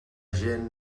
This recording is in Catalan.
gent